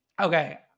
Okay